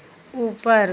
ऊपर